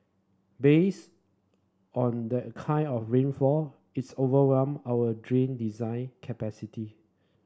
based on that kind of rainfall it's overwhelmed our drain design capacity